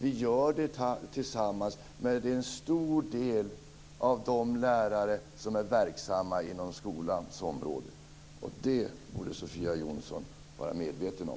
Vi gör det tillsammans med en stor del av de lärare som är verksamma inom skolans område. Det borde Sofia Jonsson vara medveten om.